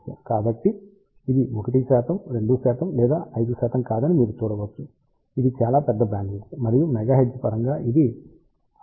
కాబట్టి ఇది 1 2 లేదా 5 కాదని మీరు చూడవచ్చు ఇది చాలా పెద్ద బ్యాండ్విడ్త్ మరియు MHz పరంగా ఇది 569 MHz బ్యాండ్విడ్త్